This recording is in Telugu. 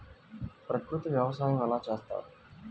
ప్రకృతి వ్యవసాయం ఎలా చేస్తారు?